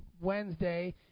Wednesday